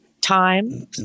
time